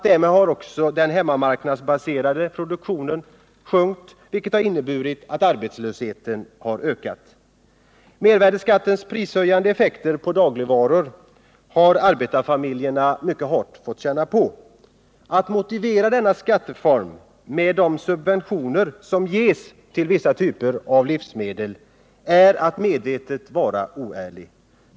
Därmed har också den hemmamarknadsbaserade produktionen sjunkit, vilket har medfört att arbetslösheten har ökat. Mervärdeskattens prishöjande effekt på dagligvaror har arbetarfamiljerna mycket hårt fått känna på. Att motivera denna skatteform med de subventioner som ges till vissa typer av livsmedel är att medvetet vara oärlig.